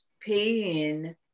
paying